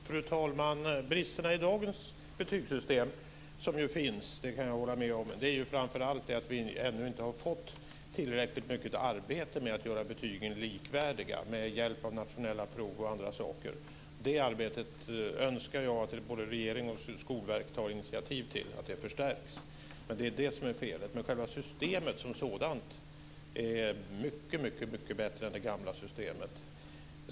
Fru talman! Bristerna i dagens betygssystem - och jag kan hålla med om att de finns - är framför allt att vi ännu inte har gjort tillräckligt mycket arbete för att göra betygen likvärdiga med hjälp av nationella prov och andra saker. Jag önskar att både regeringen och Skolverket tar initiativ till att det arbetet förstärks. Det är felet. Själva systemet som sådant är mycket bättre än det gamla systemet.